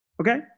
Okay